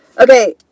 Okay